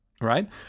right